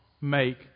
make